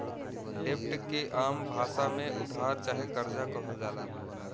डेब्ट के आम भासा मे उधार चाहे कर्जा कहल जाला